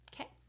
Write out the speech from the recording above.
Okay